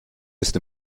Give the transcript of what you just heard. ist